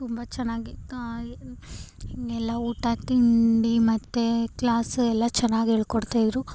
ತುಂಬ ಚೆನ್ನಾಗಿ ಕಾ ಎಲ್ಲ ಊಟ ತಿಂಡಿ ಮತ್ತು ಕ್ಲಾಸು ಎಲ್ಲ ಚೆನ್ನಾಗಿ ಹೇಳ್ಕೊಡ್ತಾಯಿದ್ದರು